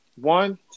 One